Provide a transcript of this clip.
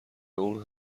اون